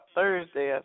Thursday